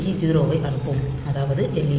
டிக்கு 0 ஐ அனுப்பும் அதாவது எல்